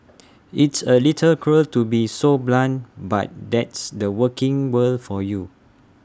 it's A little cruel to be so blunt but that's the working world for you